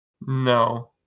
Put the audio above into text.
No